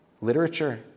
literature